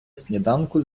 сніданку